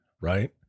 right